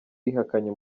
yihakanye